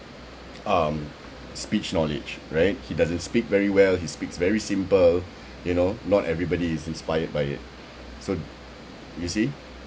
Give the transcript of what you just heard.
um speech knowledge right he doesn't speak very well he speaks very simple you know not everybody is inspired by it so you see